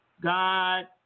God